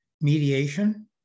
mediation